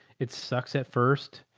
it sucks at first,